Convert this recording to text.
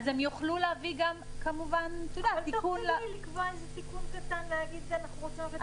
הם יוכלו להביא תיקון קטן --- הם יגידו: אנחנו רוצים להביא